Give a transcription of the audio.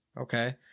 okay